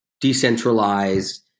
decentralized